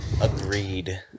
Agreed